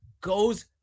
goes